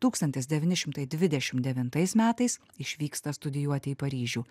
tūkstantis devyni šimtai dvidešim devintais metais išvyksta studijuoti į paryžių